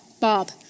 Bob